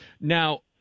Now